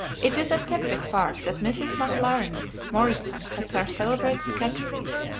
it is at kepwick park that mrs. mclaren morrison has her celebrated catteries.